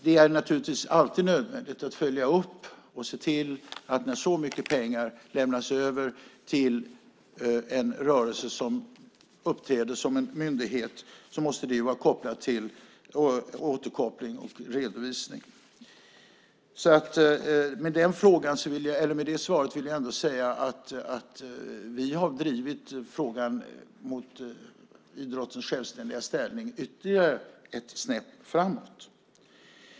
Det är naturligtvis alltid nödvändigt att följa upp och se till att när så mycket pengar lämnas över till en rörelse som uppträder som en myndighet måste det vara kopplat till återkoppling och redovisning. Med det svaret vill jag ändå säga att vi har drivit frågan för idrottens självständiga ställning ytterligare ett snäpp framåt.